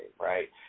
right